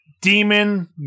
demon